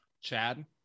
chad